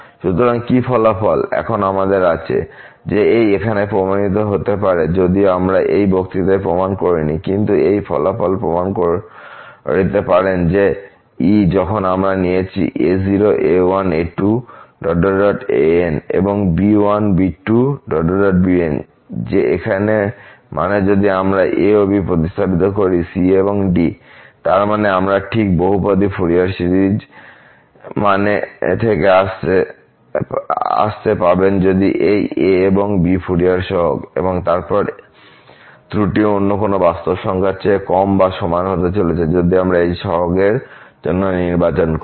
সুতরাং কি ফলাফল এখন আমাদের আছে যে এই এখানে প্রমানিত হতে পারে যদিও আমরা এই বক্তৃতায় প্রমাণ করিনি কিন্তু এক এই ফলাফল প্রমাণ করিতে পারেন যে E যখন আমরা নিয়েছি a0 a1 a2 aN এবং b1b2bN যে এখানে মানে যদি আমরা a ও b প্রতিস্থাপন করি c এবং d তার মানে আমরা ঠিক বহুপদী ফুরিয়ার সিরিজ মানে থেকে আসছে পাবেন যদি এই as এবং bs হল ফুরিয়ার সহগ তারপর এই ত্রুটি অন্য কোন বাস্তব সংখ্যার চেয়ে কম বা সমান হতে চলেছে যদি আমরা এই সহগের জন্য নির্বাচন করি